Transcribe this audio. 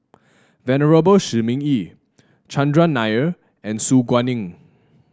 Venerable Shi Ming Yi Chandran Nair and Su Guaning